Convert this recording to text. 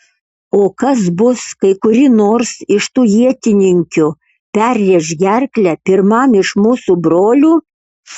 o kas bus kai kuri nors iš tų ietininkių perrėš gerklę pirmam iš mūsų brolių